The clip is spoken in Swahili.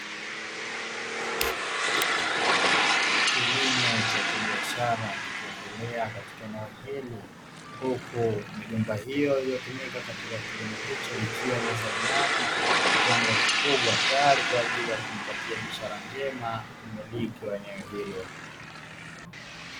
Kilimo cha kibiashara kikiendelea Katika eneo hili huku migomba hiyo iliyotumika katika kilimo hiki ikiwa imezaliana kwa kiwango kikubwa, tayari kwa ajili ya kumpatia biashara njema mmiliki wa eneo hilo.